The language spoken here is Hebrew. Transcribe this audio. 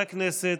חברי הכנסת,